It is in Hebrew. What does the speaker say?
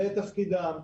זה תפקידם.